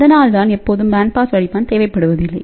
அதனால்தான் எப்போதும் band pass வடிப்பான் தேவைப்படுவதில்லை